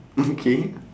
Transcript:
okay